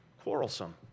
quarrelsome